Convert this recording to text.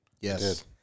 Yes